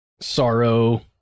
sorrow